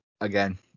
again